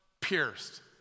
pierced